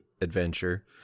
adventure